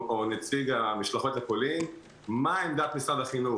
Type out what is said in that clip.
נציג המשלחות לפולין מה עמדת משרד החינוך.